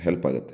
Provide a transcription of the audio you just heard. help ಆಗುತ್ತೆ